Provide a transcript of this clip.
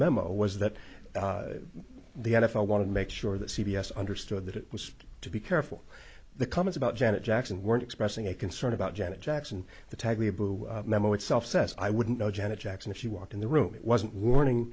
memo was that the n f l wanted to make sure that c b s understood that it was to be careful the comment about janet jackson weren't expressing a concern about janet jackson the memo itself says i wouldn't know janet jackson if she walked in the room it wasn't warning